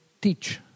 teach